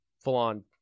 full-on